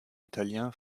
italien